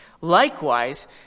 Likewise